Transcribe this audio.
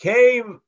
Came